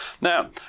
Now